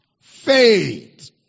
faith